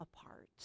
apart